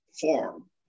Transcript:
form